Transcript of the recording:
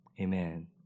Amen